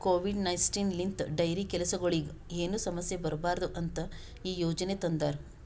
Covid nineteen ಲಿಂತ್ dairy ಕೆಲಸಗೊಳಿಗ್ ಏನು ಸಮಸ್ಯ ಬರಬಾರದು ಅಂತ್ ಈ ಯೋಜನೆ ತಂದಾರ್